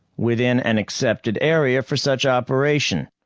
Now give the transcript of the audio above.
within an accepted area for such operation?